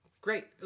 Great